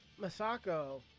Masako